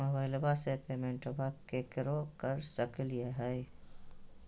मोबाइलबा से पेमेंटबा केकरो कर सकलिए है?